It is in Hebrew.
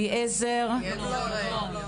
אליעזר יבלון.